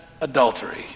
adultery